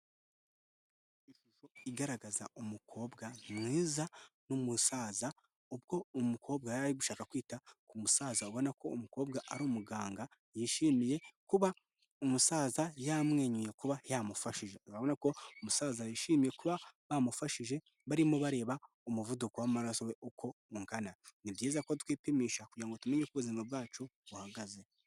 Igaragaza umukobwa ni mwiza n'umusaza ubwo umukobwa yari ari gushaka kwita ku musaza ubona ko umukobwa ari umuganga yishimiye kuba umusaza yamwenyuye kuba yamufashije, urabona ko umusaza yishimiye kuba bamufashije barimo bareba umuvuduko w'amaraso uko ungana. Ni byiza ko twipimisha kugira ngo tumenye uko ubuzima bwacu buhagaze.